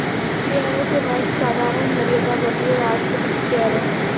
शेयरों के वर्ग साधारण, वरीयता, वृद्धि और आस्थगित शेयर हैं